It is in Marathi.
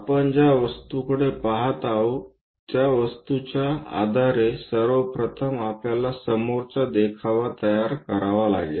आपण ज्या वस्तूकडे पहात आहोत त्या वस्तुच्या आधारे सर्वप्रथम आपल्याला समोरचा देखावा तयार करावा लागेल